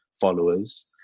followers